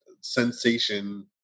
sensation